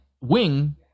wing